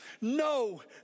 No